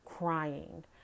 crying